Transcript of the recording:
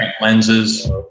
Lenses